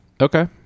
okay